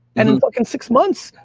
and and like in six months,